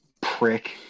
prick